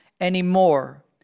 anymore